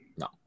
No